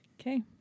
Okay